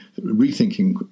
rethinking